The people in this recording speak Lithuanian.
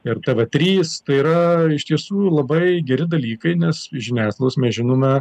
ir tv trys tai yra iš tiesų labai geri dalykai nes iš žiniasklaidos mes žinome